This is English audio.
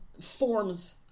forms